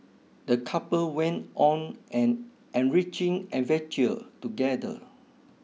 the couple went on an enriching adventure together